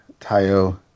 Tayo